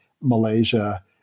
Malaysia